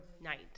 night